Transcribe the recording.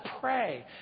pray